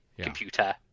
computer